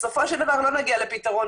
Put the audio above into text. בסופו של דבר, לא נגיע לפתרון.